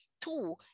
Two